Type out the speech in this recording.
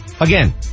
Again